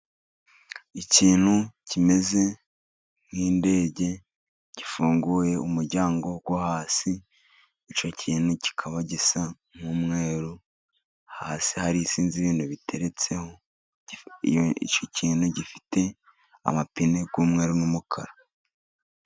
Ikintu kimeze nk'indege gifunguye umuryango wo hasi, icyo kintu kikaba gisa n'umweru hasi hari sinzi ibintu biteretseho, icyo kintu gifite amapine y'umweru n'umukara.